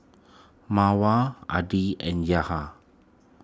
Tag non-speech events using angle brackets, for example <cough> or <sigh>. <noise> Mawar Adi and Yahya